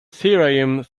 thirayum